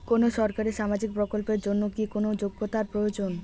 কোনো সরকারি সামাজিক প্রকল্পের জন্য কি কোনো যোগ্যতার প্রয়োজন?